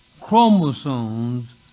chromosomes